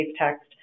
Text